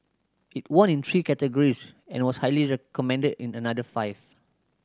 it won in three categories and was highly recommended in another five